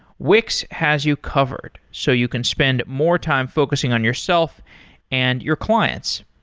wix has you covered, so you can spend more time focusing on yourself and your clients.